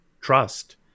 trust